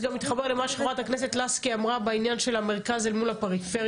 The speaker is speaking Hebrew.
גם מתחבר למה שאמרה חברת הכנסת לסקי בעניין של המרכז אל מול הפריפריה.